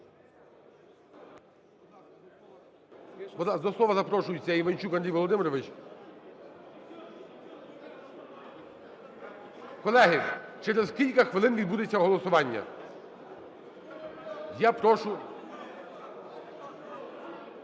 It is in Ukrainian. До слова запрошується Іванчук Андрій Володимирович. Колеги, через кілька хвилин відбудеться голосування. Я прошу…